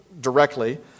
directly